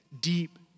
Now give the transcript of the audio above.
deep